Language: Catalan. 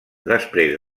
després